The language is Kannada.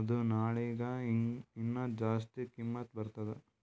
ಅದು ನಾಳಿಗ ಹೀನಾ ಜಾಸ್ತಿ ಕಿಮ್ಮತ್ ಬರ್ತುದ್